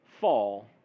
fall